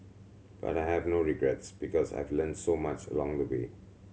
but I have no regrets because I've learnt so much along the way